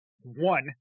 one